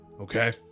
Okay